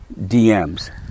DMs